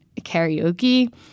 karaoke